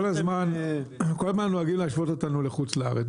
כל הזמן נוהגים להשוות אותנו לחוץ לארץ.